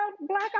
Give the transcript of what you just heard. black